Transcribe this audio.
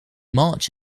march